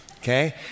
okay